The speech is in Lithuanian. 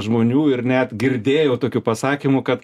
žmonių ir net girdėjau tokių pasakymų kad